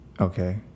Okay